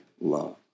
love